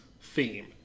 theme